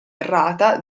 errata